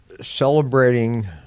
celebrating